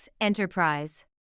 Enterprise